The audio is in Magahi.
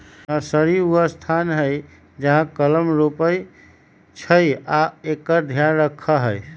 नर्सरी उ स्थान हइ जहा कलम रोपइ छइ आ एकर ध्यान रखहइ